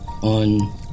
on